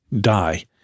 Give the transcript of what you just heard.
die